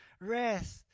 rest